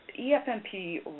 EFMP